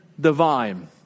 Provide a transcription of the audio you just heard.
divine